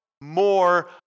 more